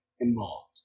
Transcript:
involved